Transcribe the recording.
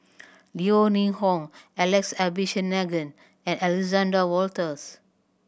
Yeo Ning Hong Alex Abisheganaden and Alexander Wolters